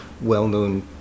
well-known